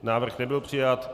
Návrh nebyl přijat.